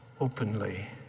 openly